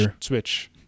switch